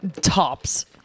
tops